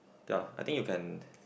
ya I think you can